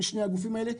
הגופים האלה.